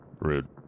Rude